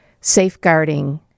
safeguarding